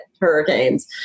hurricanes